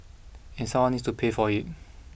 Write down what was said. and someone needs to pay for it